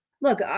Look